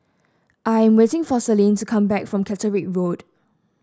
I am waiting for Celine to come back from Caterick Road